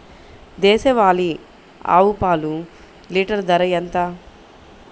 దేశవాలీ ఆవు పాలు లీటరు ధర ఎంత?